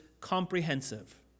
comprehensive